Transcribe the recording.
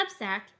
Substack